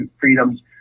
Freedoms